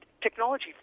technology